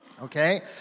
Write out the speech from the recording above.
Okay